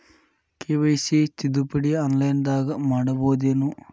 KYC ತಿದ್ದುಪಡಿ ಆನ್ಲೈನದಾಗ್ ಮಾಡ್ಬಹುದೇನು?